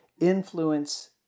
influence